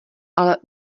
ale